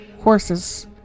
horses